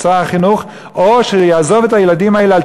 שר החינוך או שהוא יעזוב את הילדים האלה,